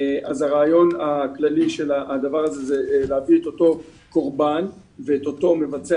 הרעיון הכללי של הדבר הזה הוא להביא את אתו קורבן ואת אותו מבצע